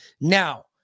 Now